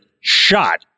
shot